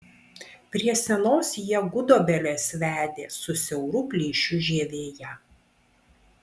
prie senos jie gudobelės vedė su siauru plyšiu žievėje